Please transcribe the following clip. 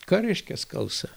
ką reiškia skalsa